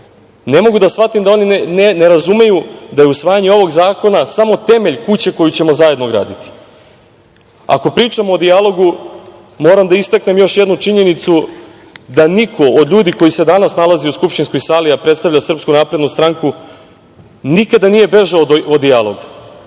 Ne mogu da shvatim da oni ne razumeju da je usvajanje ovog zakona samo temelj kuće koju ćemo zajedno graditi. Ako pričamo o dijalogu, moram da istaknem još jednu činjenicu da niko od ljudi koji se danas nalaze u skupštinskoj sali, a predstavlja SNS nikada nije bežao od dijaloga.